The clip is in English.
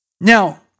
Now